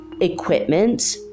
equipment